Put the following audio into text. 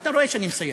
אתה רואה שאני מסיים.